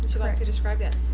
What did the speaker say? you like to describe that